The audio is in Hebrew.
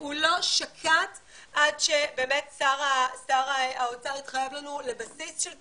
הוא לא שקט עד ששר האוצר התחייב בפנינו לבסיס של תקציב.